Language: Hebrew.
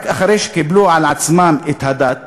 רק אחרי שקיבלו על עצמם את הדת